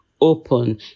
open